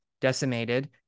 decimated